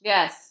Yes